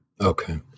Okay